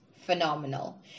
Phenomenal